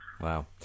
Wow